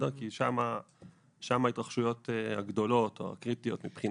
כי שם ההתרחשויות הגדולות והקריטיות.